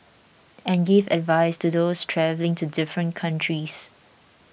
and give advice to those travelling to different countries